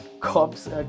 cops